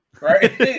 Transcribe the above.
right